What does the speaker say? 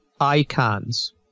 icons